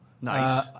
Nice